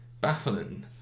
baffling